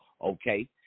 okay